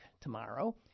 tomorrow